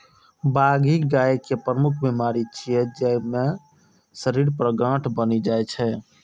बाघी गाय के प्रमुख बीमारी छियै, जइमे शरीर पर गांठ बनि जाइ छै